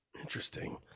Interesting